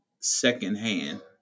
secondhand